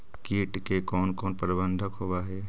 किट के कोन कोन प्रबंधक होब हइ?